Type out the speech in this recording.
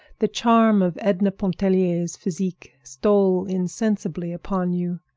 the charm of edna pontellier's physique stole insensibly upon you.